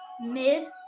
mid